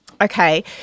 Okay